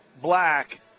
black